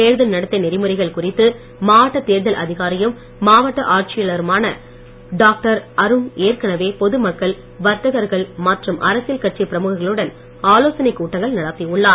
தேர்தல் நடத்தை நெறிமுறைகள் குறித்து மாவட்ட தேர்தல் அதிகாரியும் மாவட்ட ஆட்சியருமான டாக்டர் அருண் ஏற்கனவே பொது மக்கள் வர்த்தகர்கள் மற்றும் அரசியல் கட்சி பிரமுகர்களுடன் ஆலோசனை கூட்டங்களை நடத்தியுள்ளார்